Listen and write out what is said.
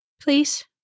please